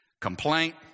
Complaint